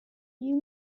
you